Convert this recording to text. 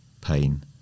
pain